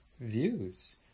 views